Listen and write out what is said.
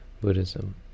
Buddhism